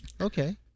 okay